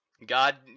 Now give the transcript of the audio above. God